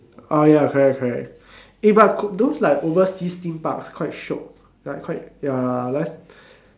oh ya correct correct eh but those like overseas theme parks quite shiok like quite ya like